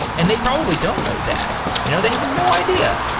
and they probably don't know that. you know they have no idea.